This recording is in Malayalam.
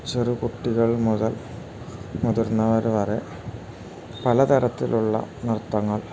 ചെറു കുട്ടികൾ മുതൽ മുതിർന്നവർ വരെ പലതരത്തിലുള്ള നൃത്തങ്ങൾ